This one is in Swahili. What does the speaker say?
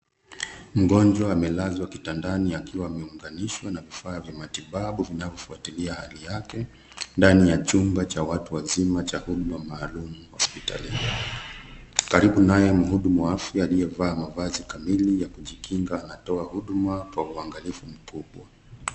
Mgonjwa amelazwa kitandani akiwa ameunganishwa na vifaa vya matibabu vinavyofuatilia hali yake ndani ya chumba cha watu wazima cha huduma maalum hospitalini. Karibu naye mhudumu wa afya aliyevaa mavazi kamili ya kujikinga anatoa huduma kwa uangalifu mkubwa.